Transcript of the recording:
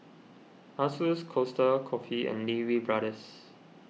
Asus Costa Coffee and Lee Wee Brothers